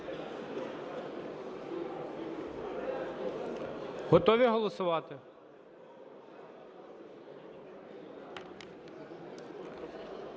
Готові голосувати?